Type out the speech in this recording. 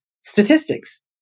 statistics